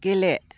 गेले